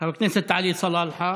חבר כנסת עלי סלאלחה,